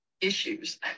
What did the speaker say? issues